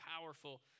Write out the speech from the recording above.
powerful